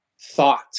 thought